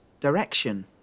direction